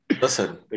Listen